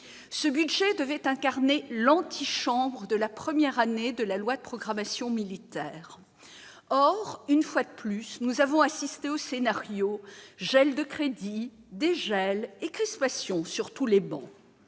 Ce budget devait incarner « l'antichambre » de la première année de la loi de programmation militaire. Or, une fois de plus, nous avons assisté au scénario « gel de crédits, dégel et crispation sur toutes les